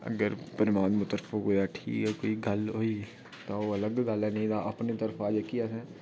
अग्गें परमात्मा तरफा होएआ ठीक ऐ कोई गल्ल होई तां ओह् अलग गल्ल ऐ नेईं तां अपनी तरफा जेह्की असें